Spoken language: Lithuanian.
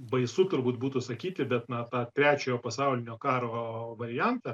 baisu turbūt būtų sakyti bet na tą trečiojo pasaulinio karo variantą